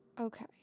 Okay